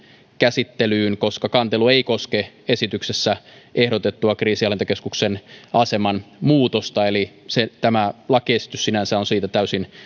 käsittelyyn koska kantelu ei koske esityksessä ehdotettua kriisinhallintakeskuksen aseman muutosta eli tämä lakiesitys sinänsä on siitä täysin